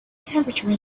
temperature